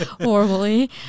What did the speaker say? horribly